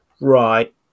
Right